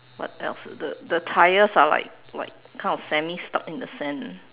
what else the the tyres are like what kind of semi stuck in the sand